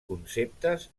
conceptes